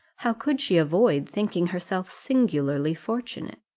how could she avoid thinking herself singularly fortunate?